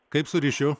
kaip su ryšiu